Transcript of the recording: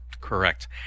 Correct